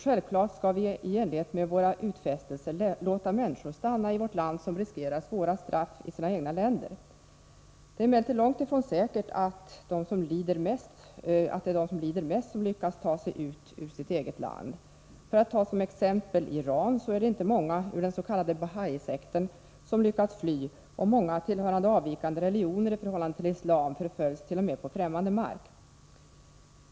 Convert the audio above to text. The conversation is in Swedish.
Självfallet skall vi, i enlighet med våra utfästelser, låta de människor stanna här i landet som riskerar svåra straff i sina hemländer. Emellertid är det långt ifrån säkert att det är de som lider mest som lyckas ta sig ut ur sitt eget land. I Iran, för att anföra ett exempel, är det inte många från den s.k. Bahaisekten som lyckas fly. Många som bekänner sig till avvikande religioner — i förhållande till islam — förföljs t.o.m. på främmande mark.